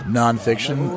non-fiction